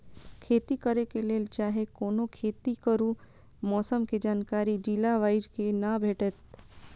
खेती करे के लेल चाहै कोनो खेती करू मौसम के जानकारी जिला वाईज के ना भेटेत?